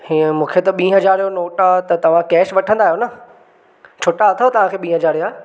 इहे मूंखे त ॿीं हज़ार जो नोट आहे त तव्हां कैश वठंदा आहियो न छुटा अथव तव्हांखे ॿीं हज़ार जा